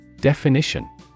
definition